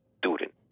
student